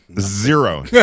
zero